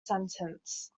sentence